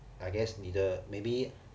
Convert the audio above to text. I guess 你的 maybe